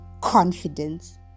confidence